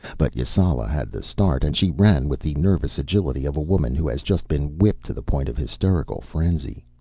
but yasala had the start, and she ran with the nervous agility of a woman who has just been whipped to the point of hysterical frenzy.